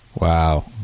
Wow